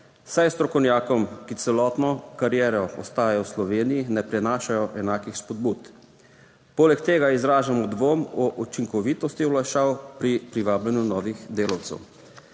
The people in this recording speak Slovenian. saj strokovnjakom, ki celotno kariero ostajajo v Sloveniji, ne prinašajo enakih spodbud, poleg tega izražamo dvom o učinkovitosti olajšav pri privabljanju novih delavcev.